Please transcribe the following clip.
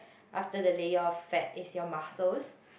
after the layer of fat is your muscles